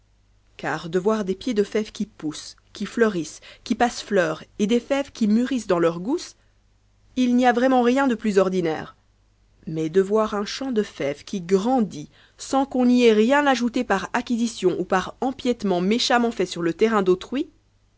car de voir des pieds de fèves qui poussent qui fleurissent qui passent fleur et des fèves qui mûrissent dans leur gousse il n'y a vraiment rien do plus ordinaire mais de voir un champ de fèves qui grandit sans qu'on y ait rien ajouté par acquisition ou par empiètement méchamment fait sur le terrain d'autrui